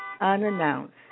unannounced